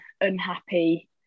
unhappy